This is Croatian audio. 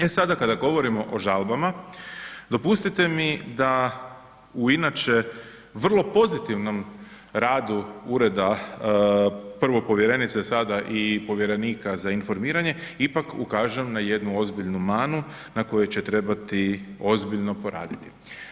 E sada kada govorimo o žalbama, dopustite mi da u inače vrlo pozitivnom radu ureda prvo povjerenice, sada i povjerenika za informiranje ipak ukažem na jednu ozbiljnu manu na kojoj će trebati ozbiljno poraditi.